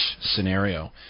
scenario